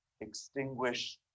extinguish